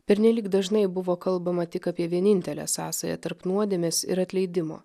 pernelyg dažnai buvo kalbama tik apie vienintelę sąsają tarp nuodėmės ir atleidimo